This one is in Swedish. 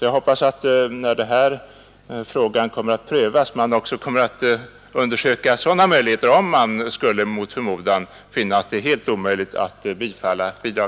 Jag hoppas alltså att man, när denna fråga kommer att prövas, undersöker eventuella alternativa möjligheter, om man mot förmodan finner att det är helt omöjligt att bifalla ansökan om bidrag.